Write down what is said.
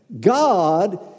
God